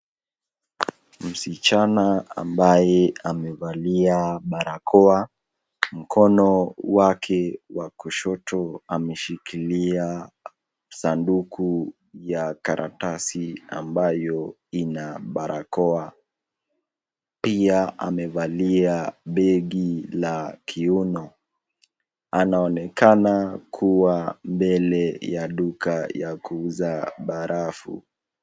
Msichana ambaye amevalia barakoa, mkono wake wa kushoto ameshikilia sanduku ya karatasi ambayo ina barakoa, pia amevalia begi la kiuno anaonekana kuwa mbele ya duka ya kuuza barafu.